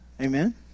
Amen